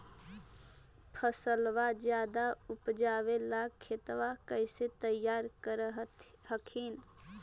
फसलबा ज्यादा उपजाबे ला खेतबा कैसे तैयार कर हखिन?